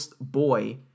boy